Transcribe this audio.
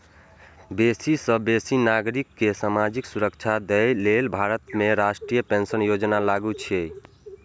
बेसी सं बेसी नागरिक कें सामाजिक सुरक्षा दए लेल भारत में राष्ट्रीय पेंशन योजना लागू छै